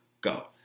Go